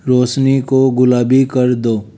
रोसनी को गुलाबी कर दो